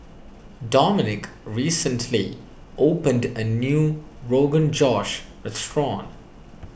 Domonique recently opened a new Rogan Josh restaurant